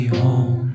home